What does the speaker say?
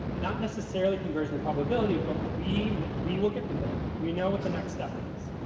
not necessarily conversion probability, but we we will get them there. we know what the next step is.